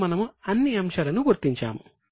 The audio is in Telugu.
ఇప్పుడు మనము అన్ని అంశాలను గుర్తించాము